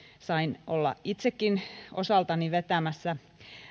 sain olla itsekin osaltani vetämässä